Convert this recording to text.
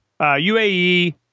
UAE